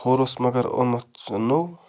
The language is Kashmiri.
ہورٕ اوس مگر اوٚنمُت سُہ نوٚو